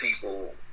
people